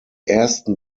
ersten